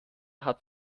hat